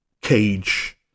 cage